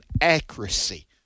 accuracy